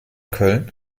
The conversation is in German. köln